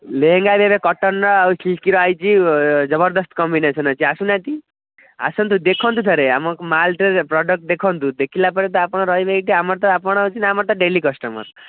ଲେହେଙ୍ଗା କଟନ୍ର ସିଲକ୍ର ଆସିଛି ଜବରଦସ୍ତ କମ୍ବିନେସନ୍ ଅଛି ଆସୁ ନାହାନ୍ତି ଆସନ୍ତୁ ଦେଖନ୍ତୁ ଥରେ ଆମ ମାଲଟା ପ୍ରଡକ୍ଟ ଦେଖନ୍ତୁ ଦେଖିଲା ପରେ ତ ଆପଣ ରହିବେ ଏଇଠି ଆମର ତ ଆପଣ ନା ଆମର ତ ଡେଲି କଷ୍ଟମର୍